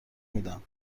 میدم